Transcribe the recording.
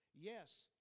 Yes